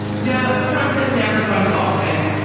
no, trump has never gone golfing.